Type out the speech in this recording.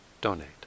donate